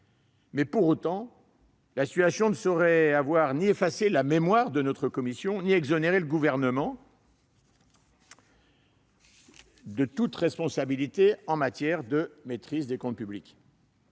situation extraordinaire ne saurait avoir ni effacé la mémoire de notre commission ni exonéré le Gouvernement de toute responsabilité en matière de maîtrise des comptes publics.